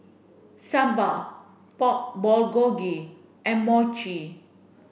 sambar Pork Bulgogi and Mochi